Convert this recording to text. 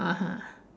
(uh huh)